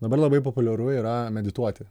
dabar labai populiaru yra medituoti